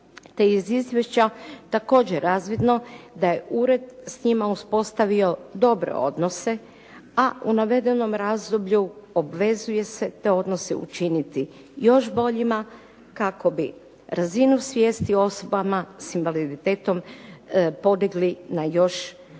je iz izvješća također razvidno da je ured s njima uspostavio dobre odnose, a u navedenom razdoblju obvezuje se te odnose učiniti još boljima kako bi razinu svijesti osobama s invaliditetom podigli na još veći